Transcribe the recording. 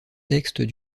textes